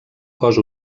cos